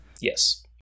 Yes